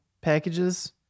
packages